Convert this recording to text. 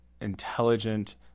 intelligent